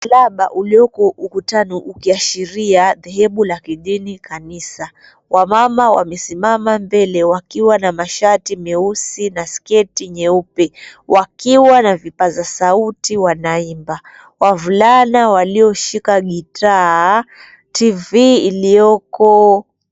Msalaba ulioko ukutani ukiashiria dhehebu la kidini kanisa. Wamama wamesimama mbele wakiwa na mashati meusi na sketi nyeupe wakiwa na vipaza sauti wanaimba. Wavulana walioshika gitaa, TV iliyoko.